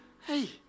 Hey